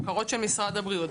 בקרות של משרד הבריאות,